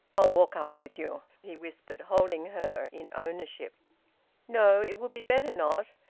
i'll walk up with you, he whispered, holding her, in owner ship. no. it will be better not.